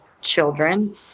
children